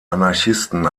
anarchisten